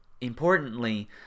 importantly